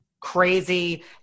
crazy